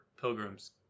pilgrims